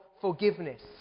forgiveness